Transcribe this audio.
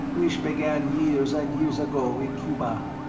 which began years and years ago in cuba.